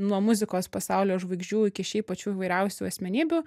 nuo muzikos pasaulio žvaigždžių iki šiaip pačių įvairiausių asmenybių